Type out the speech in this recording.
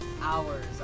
hours